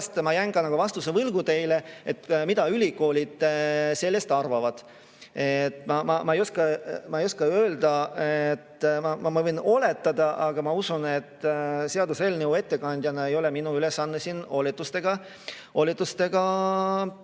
ma jään teile vastuse võlgu selle koha pealt, mida ülikoolid sellest arvavad. Ma ei oska öelda. Ma võin oletada, aga ma usun, et seaduseelnõu ettekandjana ei ole minu ülesanne siin oletustega tegeleda.